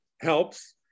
helps